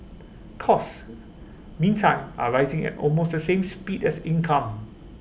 costs meantime are rising at almost the same speed as income